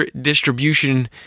distribution